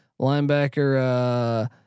Linebacker